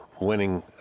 winning